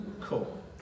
Cool